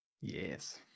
Yes